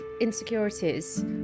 insecurities